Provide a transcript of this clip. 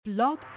Blog